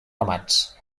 ramats